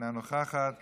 אינה נוכחת כאן,